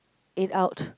it out